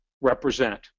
represent